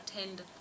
attend